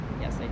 Yes